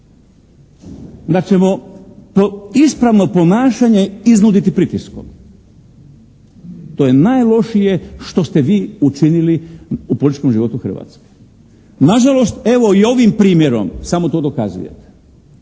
da ćemo po ispravno ponašanje iznuditi pritiskom. To je najlošije što ste vi učinili u političkom životu Hrvatske. Nažalost evo i ovim primjerom samo to dokazujete.